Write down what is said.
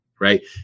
Right